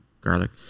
garlic